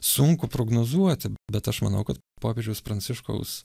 sunku prognozuoti bet aš manau kad popiežiaus pranciškaus